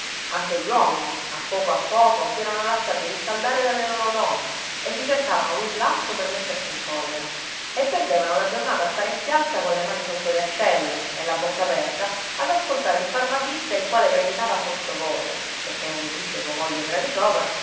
anche gli uomini a poco a poco si erano lasciati riscaldare dalle loro donne e si cercavano l'un l'altro per mettersi in collera e perdevano la giornata a stare in piazza colle mani sotto le ascelle e la bocca aperta ad ascoltare il farmacista il quale predicava sottovoce perché non udisse sua moglie ch'era di sopra